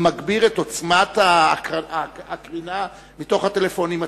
זה מגביר את עוצמת הקרינה מתוך הטלפונים עצמם.